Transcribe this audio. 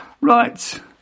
Right